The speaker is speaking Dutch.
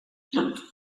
nijmegen